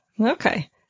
Okay